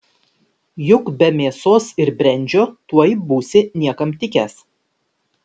juk be mėsos ir brendžio tuoj būsi niekam tikęs